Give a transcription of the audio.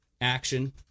action